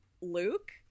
Luke